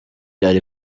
ari